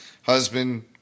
Husband